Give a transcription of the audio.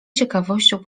ciekawością